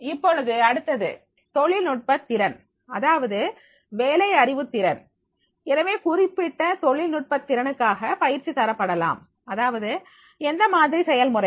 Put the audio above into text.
இப்பொழுது அடுத்தது தொழில்நுட்பத் திறன் அதாவது வேலை அறிவு திறன் எனவே குறிப்பிட்ட தொழில்நுட்ப திறனுக்காக பயிற்சி தரப்படலாம் அதாவது எந்த மாதிரி செயல்முறைகள்